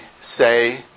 say